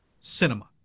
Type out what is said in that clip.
cinema